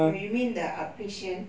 you you mean the outpatient